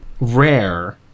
rare